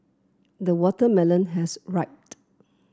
the watermelon has